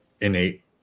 innate